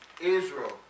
Israel